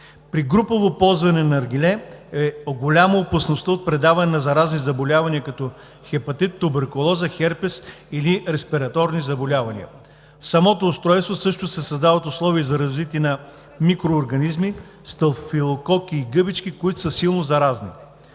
При групово ползване на наргиле голяма е опасността от предаване на заразни заболявания, като хепатит, туберкулоза, херпес или респираторни заболявания. В самото устройство също се създават условия за развитие и на микроорганизми, стафилококи и гъбички, които са силно заразни.